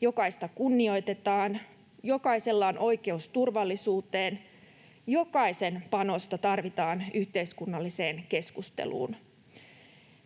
jokaista kunnioitetaan, jokaisella on oikeus turvallisuuteen, jokaisen panosta tarvitaan yhteiskunnalliseen keskusteluun.